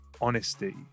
honesty